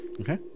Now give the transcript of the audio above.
okay